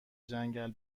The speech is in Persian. جنگل